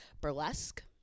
Burlesque